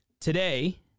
today